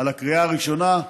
על הקריאה הראשונה,